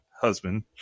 husband